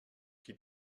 qui